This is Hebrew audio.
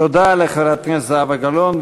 תודה לחברת הכנסת זהבה גלאון,